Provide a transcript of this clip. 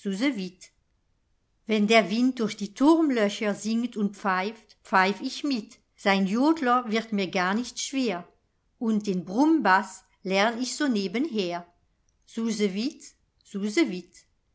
wenn der wind durch die turmlöcher singt und pfeift pfeif ich mit sein jodler wird mir garnicht schwer und den brummbaß lern ich so nebenher susewitt